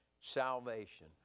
salvation